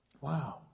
Wow